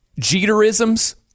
jeterisms